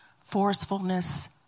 forcefulness